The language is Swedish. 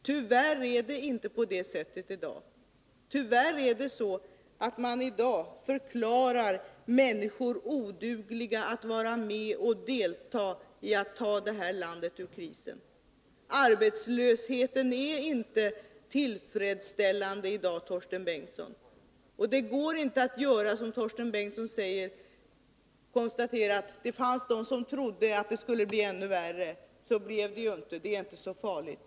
Tyvärr är det inte på det sättet i dag -— tyvärr är det så att man i dag förklarar människor odugliga att vara med och ta det här landet ur krisen. Arbetslöshetsläget är inte tillfredsställande i dag, Torsten Bengtson. Det går inte att som Torsten Bengtson konstatera, att det fanns de som trodde att det skulle bli ännu värre. Men så blev det ju inte, säger man — det är inte så farligt.